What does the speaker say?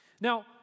Now